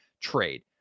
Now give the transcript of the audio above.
trade